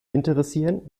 interessieren